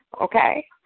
Okay